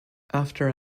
after